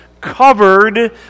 covered